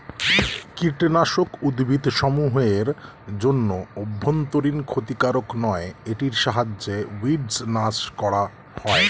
কীটনাশক উদ্ভিদসমূহ এর জন্য অভ্যন্তরীন ক্ষতিকারক নয় এটির সাহায্যে উইড্স নাস করা হয়